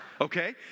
Okay